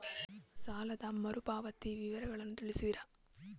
ಸಾಲದ ಮರುಪಾವತಿ ವಿವರಗಳನ್ನು ತಿಳಿಸುವಿರಾ?